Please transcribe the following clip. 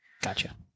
Gotcha